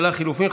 ממשלת חילופים),